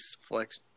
flex